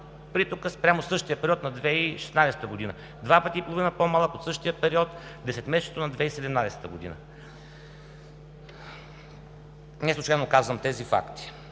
притокът спрямо същия период на 2016 г.; два пъти и половина по-малък от същия период от десетмесечието на 2017 г. Неслучайно казвам тези факти.